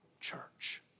church